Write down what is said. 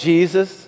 Jesus